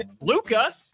Luca